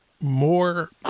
more